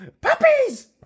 Puppies